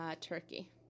Turkey